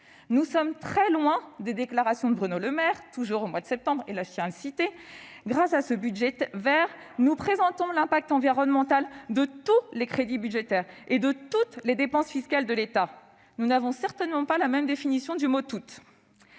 Nous sommes très loin des déclarations que faisait Bruno Le Maire au mois de septembre :« Grâce à ce budget vert, nous présentons l'impact environnemental de tous les crédits budgétaires et de toutes les dépenses fiscales de l'État. » Nous n'avons certainement pas la même définition du mot « toutes »